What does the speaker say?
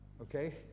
Okay